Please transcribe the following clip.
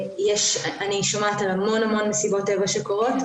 שומעת על המון מסיבות טבע שמתרחשות,